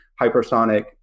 hypersonic